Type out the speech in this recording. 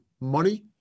money